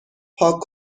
پاک